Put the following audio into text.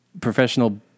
professional